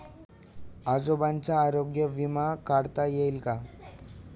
आजोबांचा आरोग्य विमा काढता येईल का?